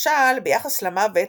למשל ביחס למוות,